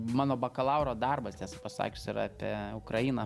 mano bakalauro darbas tiesą pasakius yra apie ukrainą